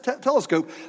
telescope